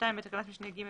בתקנת משנה (ג),